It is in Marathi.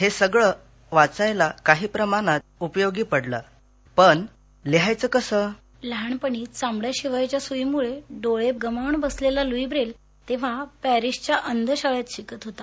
हे सगळं वाचायला काही प्रमाणात उपयोगी पडलं पण लिहायचं कसं लहानपणी चामडं शिवायच्या सुईमुळे डोळे गमावून बसलेला लुई ब्रेल तेव्हा पॅरिसच्या अंध शाळेत शिकत होता